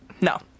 no